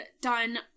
done